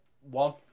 One